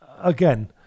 again